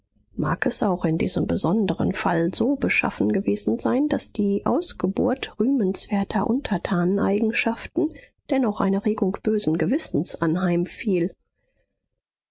mag es auch in diesem besonderen fall so beschaffen gewesen sein daß die ausgeburt rühmenswerter untertaneneigenschaften dennoch einer regung bösen gewissens